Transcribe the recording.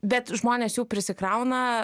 bet žmonės jų prisikrauna